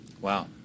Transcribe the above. Wow